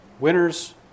Winners